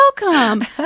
welcome